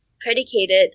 predicated